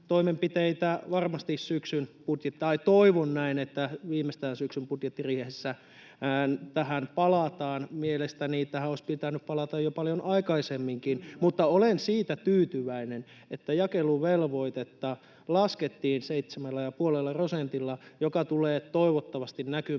Toivon näin, että viimeistään syksyn budjettiriihessä tähän palataan. Mielestäni tähän olisi pitänyt palata jo paljon aikaisemminkin, [Toimi Kankaanniemi: Kyllä!] mutta olen siihen tyytyväinen, että jakeluvelvoitetta laskettiin 7,5 prosentilla, joka tulee toivottavasti näkymään